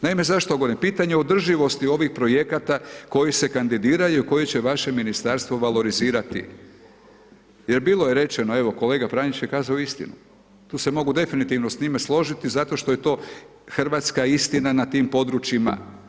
Naime zašto, pitanje je održivosti ovih projekata koji se kandidiraju, koji će vaše ministarstvo valorizirati jer bilo je rečeno, evo kolega Pranić je kazao istinu, tu se mogu definitivno s njime složiti zato što je to hrvatska istina na tim područjima.